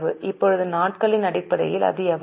இப்போது நாட்களின் அடிப்படையில் அது எவ்வளவு